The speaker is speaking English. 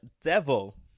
devil